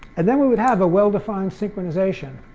and then we would have a well-defined synchronization.